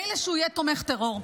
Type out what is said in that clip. מילא שהוא יהיה תומך טרור,